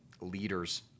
leaders